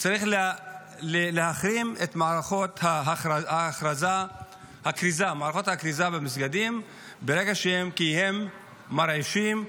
שצריך להחרים את מערכות הכריזה במסגדים כי הם מרעישים,